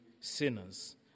sinners